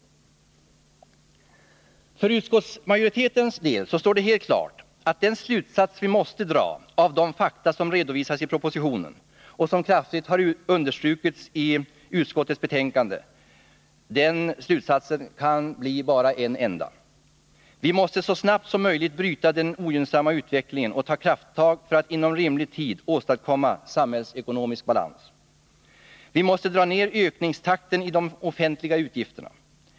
För utskottsmajoritetens del står det helt klart att den slutsats vi måste dra av de fakta som redovisas i propositionen och som kraftigt understrukits i utskottets betänkande bara kan bli en enda. Vi måste så snabbt som möjligt bryta den ogynnsamma utvecklingen och ta krafttag för att inom rimlig tid åstadkomma samhällsekonomisk balans. Vi måste dra ner ökningstakten i de offentliga utgifterna.